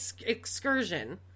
excursion